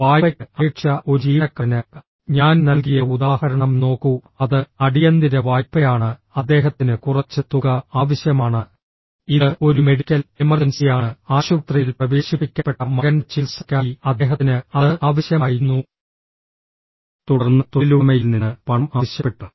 വായ്പയ്ക്ക് അപേക്ഷിച്ച ഒരു ജീവനക്കാരന് ഞാൻ നൽകിയ ഉദാഹരണം നോക്കൂ അത് അടിയന്തിര വായ്പയാണ് അദ്ദേഹത്തിന് കുറച്ച് തുക ആവശ്യമാണ് ഇത് ഒരു മെഡിക്കൽ എമർജൻസിയാണ് ആശുപത്രിയിൽ പ്രവേശിപ്പിക്കപ്പെട്ട മകന്റെ ചികിത്സയ്ക്കായി അദ്ദേഹത്തിന് അത് ആവശ്യമായിരുന്നു തുടർന്ന് തൊഴിലുടമയിൽ നിന്ന് പണം ആവശ്യപ്പെട്ടു